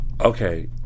okay